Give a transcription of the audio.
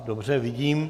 Dobře, vidím.